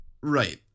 Right